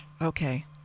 Okay